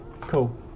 cool